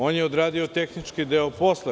On je odradio tehnički deo posla.